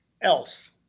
else